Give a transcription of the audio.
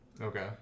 Okay